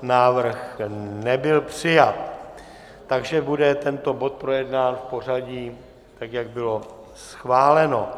Návrh nebyl přijat, takže bude tento bod projednán v pořadí, jak bylo schváleno.